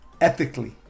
Ethically